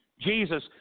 Jesus